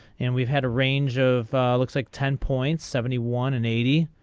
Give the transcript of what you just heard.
and we had a range of looks like ten point seventy one and eighty.